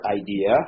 idea